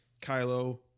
Kylo